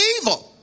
evil